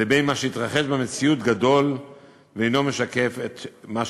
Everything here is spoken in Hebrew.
לבין מה שהתרחש במציאות גדול ואינו משקף את מה שהתרחש.